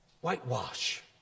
whitewash